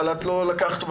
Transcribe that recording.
אבל את לא לקחת בזמן,